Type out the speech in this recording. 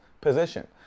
position